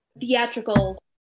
theatrical